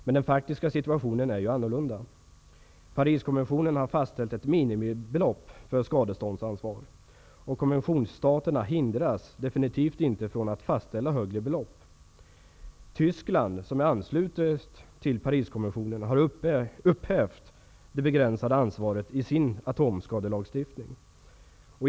Men den faktiska situationen är ju annorlunda. Pariskonventionen har fastställt ett minimibelopp för skadeståndsansvar. Konventionsstaterna hindras definitivt inte från att fastställa högre belopp. Tyskland, som har anslutit sig till Pariskonventionen, har upphävt det begränsade ansvaret i sin atomskadelagstiftning.